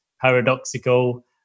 paradoxical